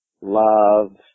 Love